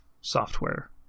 software